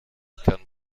kann